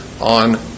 on